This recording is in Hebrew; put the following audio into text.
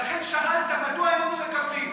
ולכן שאלת מדוע איננו מקבלים.